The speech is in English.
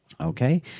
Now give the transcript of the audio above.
Okay